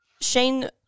Shane